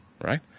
right